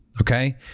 Okay